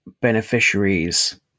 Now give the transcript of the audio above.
beneficiaries